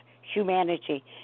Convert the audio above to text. humanity